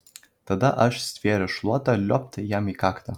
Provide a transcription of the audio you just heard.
tada aš stvėręs šluotą liuobt jam į kaktą